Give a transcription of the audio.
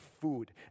food